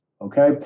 Okay